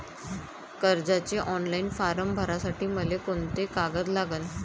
कर्जाचे online form भरासाठी मले कोंते कागद लागन?